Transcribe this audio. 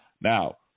Now